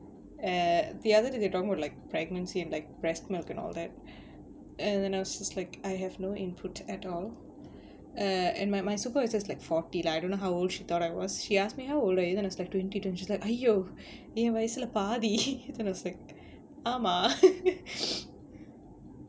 eh the other they talking about like pregnancy and like breast milk and all that and then I was just like I have no input at all err and my my supervisor was just like forty lah I don't know how old she thought I was she ask me how old are you then I was like twenty then she was like !aiyo! என் வயசுல பாதி:en vayasula paathi then I was like ஆமா:aamaa